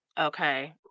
Okay